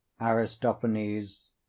Aristophanes